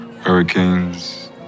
hurricanes